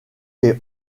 les